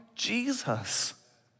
Jesus